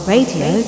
Radio